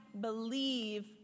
believe